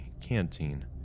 canteen